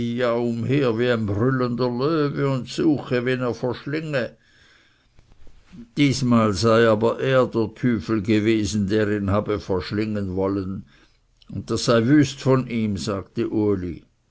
wie ein brüllender löwe und suche wen er verschlinge diesmal sei aber er der tüfel gewesen der ihn habe verschlingen wollen und das sei wüst von ihm sagte uli